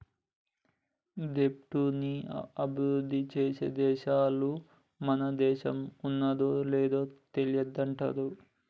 దెబ్ట్ ని అభిరుద్ధి చేసే దేశాలల్ల మన దేశం ఉన్నాదో లేదు తెలియట్లేదు